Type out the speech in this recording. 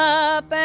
up